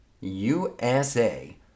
USA